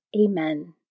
Amen